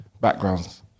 backgrounds